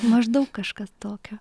maždaug kažkas tokio